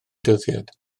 dyddiad